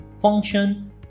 function